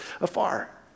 afar